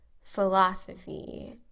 philosophy